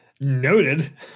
Noted